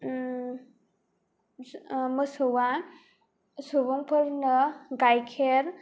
मोसौआ सुबुंफोरनो गायखेर